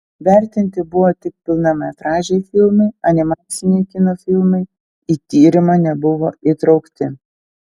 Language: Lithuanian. vertinti buvo tik pilnametražiai filmai animaciniai kino filmai į tyrimą nebuvo įtraukti